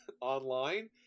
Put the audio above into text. online